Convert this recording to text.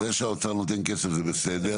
לא, זה שהאוצר ותן כסף זה בסדר.